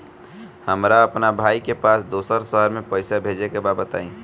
हमरा अपना भाई के पास दोसरा शहर में पइसा भेजे के बा बताई?